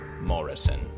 Morrison